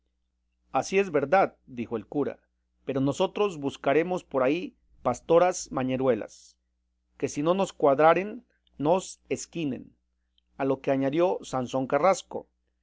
así es verdad dijo el cura pero nosotros buscaremos por ahí pastoras mañeruelas que si no nos cuadraren nos esquinen a lo que añadió sansón carrasco